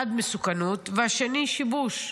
אחד, מסוכנות, והשני, שיבוש.